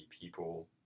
people